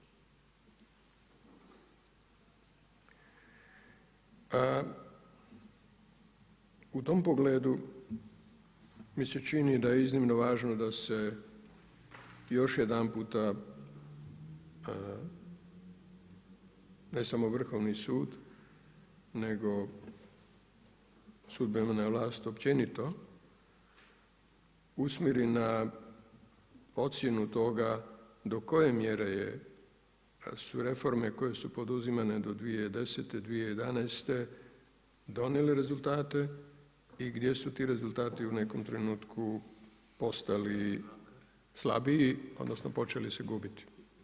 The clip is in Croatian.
U tom pogledu mi se čini da je iznimno važno da se još jedanputa ne samo Vrhovni sud nego sudbena vlast općenito usmjeri na ocjenu toga do koje mjere su reforme koje su poduzimane do 2010., 2011. donijele rezultate i gdje su ti rezultati u nekom trenutku postali slabiji, odnosno počeli se gubiti.